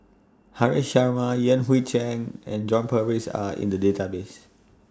Haresh Sharma Yan Hui Chang and John Purvis Are in The Database